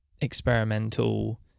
experimental